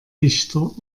dichter